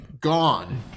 Gone